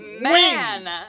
man